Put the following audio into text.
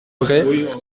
bret